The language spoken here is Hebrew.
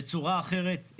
בצורה אחרת.